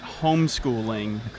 homeschooling